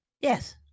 Yes